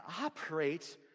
operate